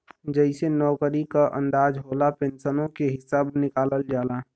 जइसे नउकरी क अंदाज होला, पेन्सनो के हिसब निकालल जाला